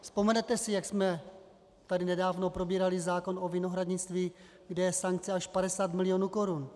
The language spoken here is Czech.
Vzpomenete si, jak jsme tady nedávno probírali zákon o vinohradnictví, kde je sankce až 50 milionů korun.